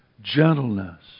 gentleness